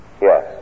Yes